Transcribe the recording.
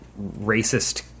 racist